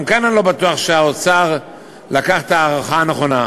גם כאן אני לא בטוח שהאוצר לקח את ההערכה הנכונה.